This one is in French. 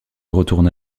retourna